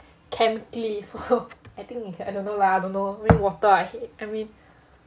chemically so I think if I don't know lah I don't know maybe water lah I mean